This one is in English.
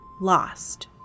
lost